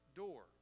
door